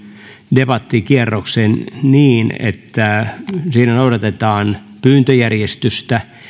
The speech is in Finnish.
debattikierroksen niin että siinä noudatetaan pyyntöjärjestystä